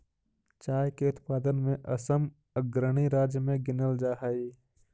चाय के उत्पादन में असम अग्रणी राज्य में गिनल जा हई